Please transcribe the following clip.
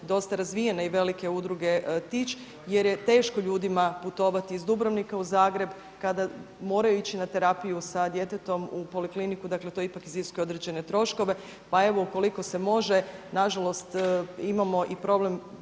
dosta razvijene i velike udruge Tić jer je teško ljudima putovati iz Dubrovnika u Zagreb kada moraju ići na terapiju sa djetetom u Polikliniku, dakle to ipak iziskuje određene troškove. Pa evo, ukoliko se može, nažalost imamo i problem